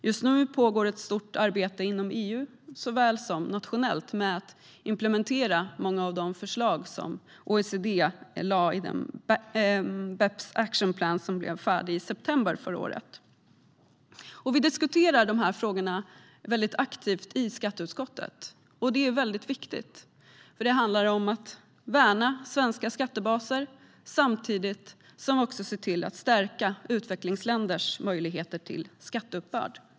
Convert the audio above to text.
Just nu pågår ett stort arbete inom EU såväl som nationellt med att implementera många av de förslag som OECD lade fram i sin BEPS action plan, som blev färdig i september förra året. Vi diskuterar dessa frågor väldigt aktivt i skatteutskottet, något som är väldigt viktigt eftersom det handlar om att värna svenska skattebaser samtidigt som vi också ser till att stärka utvecklingsländers möjligheter till skatteuppbörd.